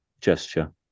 gesture